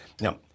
Now